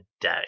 day